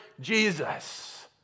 Jesus